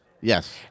Yes